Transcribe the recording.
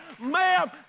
ma'am